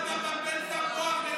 מה אתה מבלבל את המוח לכולם?